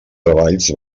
treballs